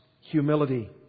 humility